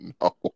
No